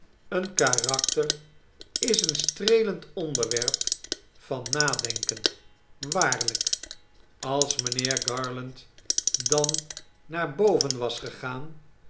een karakter is een streelend onderwerp van nadenken waarlijk als mijnheer garland dan naar boven was gegaan